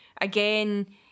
again